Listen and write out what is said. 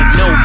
no